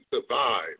survive